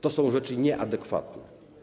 To są rzeczy nieadekwatne.